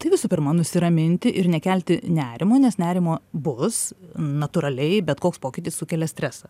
tai visų pirma nusiraminti ir nekelti nerimo nes nerimo bus natūraliai bet koks pokytis sukelia stresą